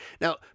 Now